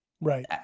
Right